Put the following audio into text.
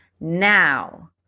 Now